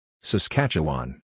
Saskatchewan